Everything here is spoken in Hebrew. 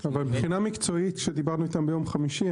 אבל מבחינה מקצועית דשדיברנו איתם ביום חמישי,